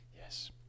Yes